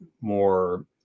more